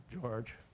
George